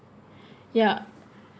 ya